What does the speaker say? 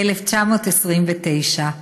ב-1929.